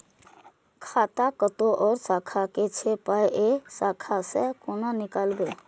खाता कतौ और शाखा के छै पाय ऐ शाखा से कोना नीकालबै?